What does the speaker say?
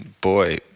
boy